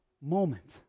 moment